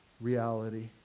reality